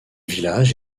village